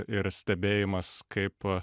ir stebėjimas kaip